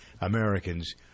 Americans